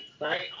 right